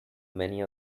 many